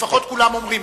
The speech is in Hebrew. לפחות כולם אומרים.